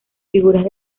figuras